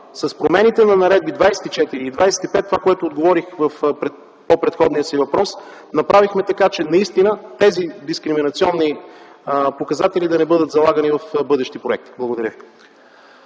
с промените на наредби 24 и 25 – това, което отговорих в по-предходния си въпрос, направихме така, че наистина тези дискриминационни показатели да не бъдат залагани в бъдещи проекти. Благодаря.